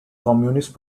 communist